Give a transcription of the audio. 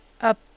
up